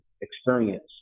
experience